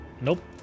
Nope